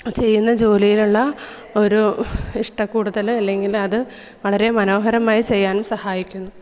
ചെയ്യുന്ന ജോലിയിലുള്ള ഒരു ഇഷ്ട കൂടുതൽ അല്ലെങ്കിൽ അത് വളരെ മനോഹരമായി ചെയ്യാനും സഹായിക്കുന്നു